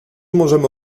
możemy